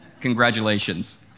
Congratulations